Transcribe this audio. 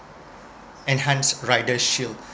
and enhanced rider shield